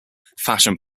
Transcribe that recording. fashion